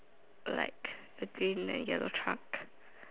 like a green layer of truck